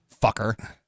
fucker